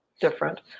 different